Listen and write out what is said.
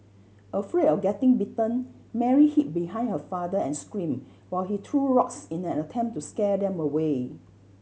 afraid of getting bitten Mary hid behind her father and screamed while he threw rocks in an attempt to scare them away